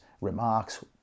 remarks